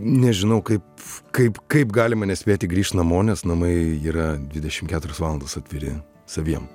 nežinau kaip kaip kaip galima nespėti grįšt namo nes namai yra dvidešim keturios valandos atviri saviem